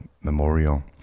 Memorial